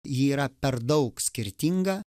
yra per daug skirtinga